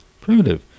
primitive